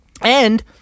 And-